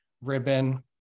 Ribbon